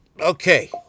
Okay